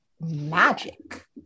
magic